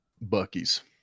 Bucky's